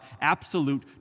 absolute